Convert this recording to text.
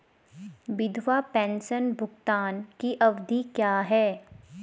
विधवा पेंशन भुगतान की अवधि क्या है?